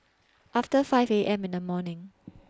after five A M in The morning